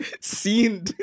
seen